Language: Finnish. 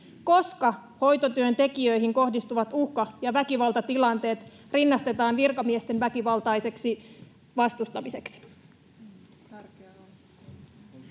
Koska hoitotyöntekijöihin kohdistuvat uhka- ja väkivaltatilanteet rinnastetaan virkamiesten väkivaltaiseksi vastustamiseksi?